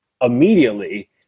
immediately